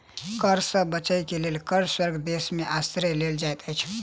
कर सॅ बचअ के लेल कर स्वर्ग देश में आश्रय लेल जाइत अछि